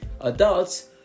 adults